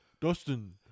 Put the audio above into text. dustin